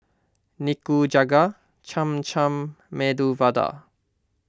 Nikujaga Cham Cham Medu Vada